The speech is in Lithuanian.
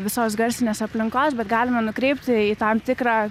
visos garsinės aplinkos bet galima nukreipti į tam tikrą